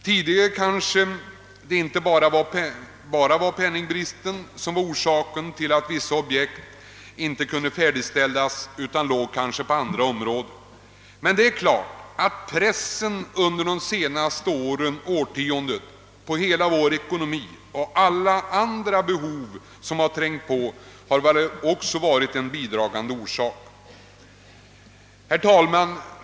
Tidigare var det kanske inte bara penningbristen som var orsaken till att vissa objekt inte kunde färdigställas, men det är klart att pressen på hela vår ekonomi under det senaste årtiondet och alla andra behov på olika områden varit en bidragande orsak. Herr talman!